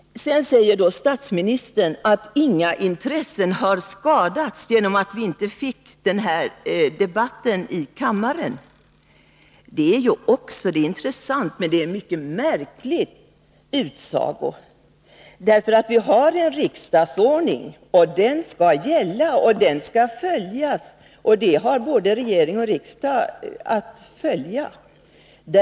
Statsministern säger att inga intressen har skadats genom att vi inte tidigare 33 fick den här debatten i kammaren. Det är en intressant men också en mycket märklig utsaga. Vi har en riksdagsordning, och den skall följas. Både regering och riksdag har att följa den.